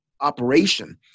operation